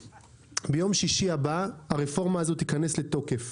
ביום שישי הבא הרפורמה הזאת תיכנס לתוקף